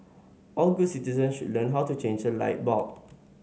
all good citizens should learn how to change a light bulb